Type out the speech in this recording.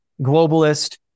globalist